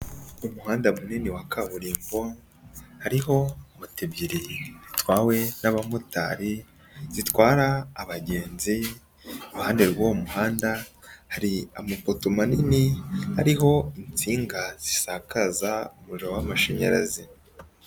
Umuhanda munini wa kaburimbo, hariho moto ebyiri zitwawe n'abamotari, zitwara abagenzi, iruhande rw'uwo muhanda hari amapoto manini, ariho insinga zisakaza umuriro w'amashanyarazi.